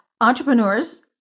entrepreneurs